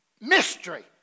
Mystery